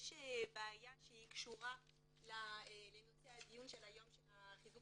יש בעיה שקשורה לנושא הדיון של היום של חיזוק